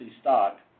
stock